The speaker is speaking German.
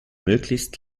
möglichst